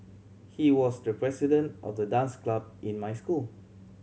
he was the president of the dance club in my school